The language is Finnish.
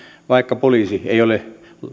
vaikka poliisi ei ole